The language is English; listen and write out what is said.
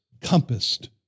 compassed